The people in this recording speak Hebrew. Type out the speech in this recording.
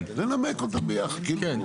לנמק אותן ביחד.